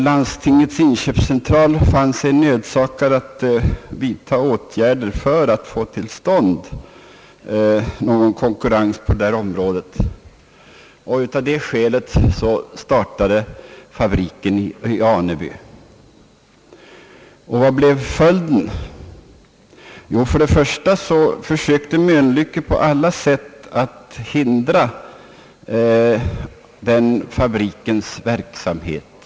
Landstingens inköpscentral fann sig nödsakad vidta åtgärder för att få till stånd konkurrens på området, och av det skälet startade fabriken i Aneby. Vad blev följden? Till att börja med försökte Mölnlycke på alla sätt att hind ra Anebyfabrikens verksamhet.